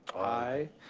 aye.